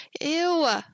ew